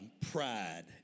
pride